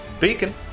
Beacon